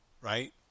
right